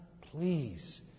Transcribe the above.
please